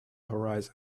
horizon